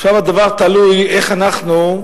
עכשיו הדבר תלוי איך אנחנו,